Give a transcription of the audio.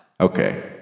Okay